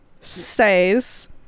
says